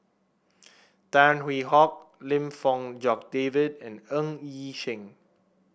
Tan Hwee Hock Lim Fong Jock David and Ng Yi Sheng